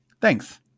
Thanks